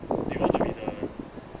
do you want to be the uh